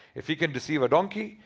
if he can deceive a donkey,